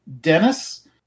Dennis